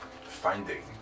finding